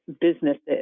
businesses